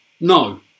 no